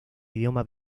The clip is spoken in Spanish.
idioma